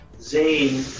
Zane